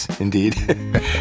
indeed